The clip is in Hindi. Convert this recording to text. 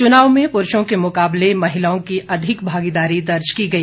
चुनाव में पुरूषों के मुकाबले महिलाओं की अधिक भागीदारी दर्ज की गई